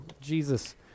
Jesus